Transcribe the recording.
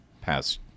past